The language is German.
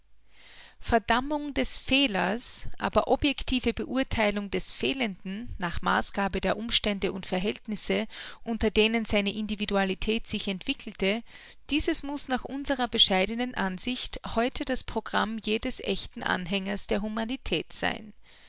verdammung des fehlers aber objective beurtheilung des fehlenden nach maßgabe der umstände und verhältnisse unter denen seine individualität sich entwickelte dieses muß nach unserer bescheidenen ansicht heute das programm jedes ächten anhängers der humanität sein